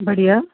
बढ़िया